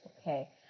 okay